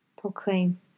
proclaim